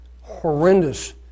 horrendous